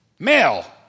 Male